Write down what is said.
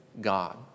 God